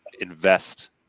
invest